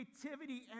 creativity